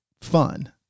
fun